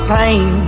pain